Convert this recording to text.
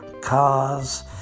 cars